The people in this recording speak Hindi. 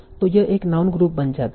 तो यह एक नाउन ग्रुप बन जाता है